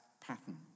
pattern